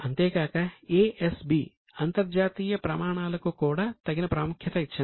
అంతేకాక ASB అంతర్జాతీయ ప్రమాణాలకు కూడా తగిన ప్రాముఖ్యత ఇచ్చింది